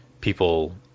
people